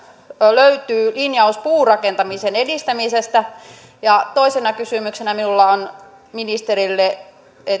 löytyy linjaus puurakentamisen edistämisestä toisena kysymyksenä minulla on ministerille